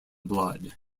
blood